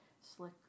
slick